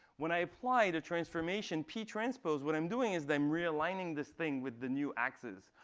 when i applied a transformation p transpose, what i'm doing is that i'm realigning this thing with the new axes.